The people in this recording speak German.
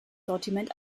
sortiment